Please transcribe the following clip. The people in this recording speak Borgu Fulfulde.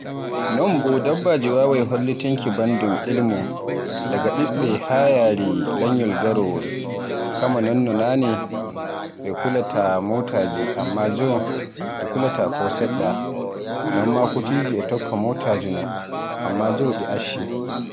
Sa'aji shappanɗe nayi e jewetati tan mi huwaata e nder satire, yande asawe e lahadi e mi fofta, yannde altine haa yaari jummare bimbi mi yaha lumo, daga bimbi yarin nyalauma kondeye. To sa'aji din hawtaama ɓura sa'aji shappanɗe nayi e jewetati.